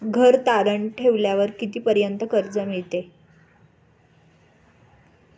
घर तारण ठेवल्यावर कितीपर्यंत कर्ज मिळेल?